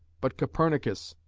but copernicus,